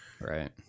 Right